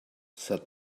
said